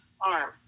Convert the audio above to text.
arm